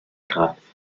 graphe